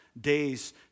days